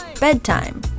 Bedtime